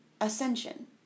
ascension